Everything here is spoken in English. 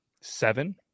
Seven